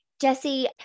Jesse